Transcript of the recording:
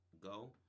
go